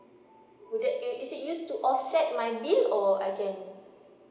would it is it use to offset my bill or I can